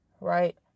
right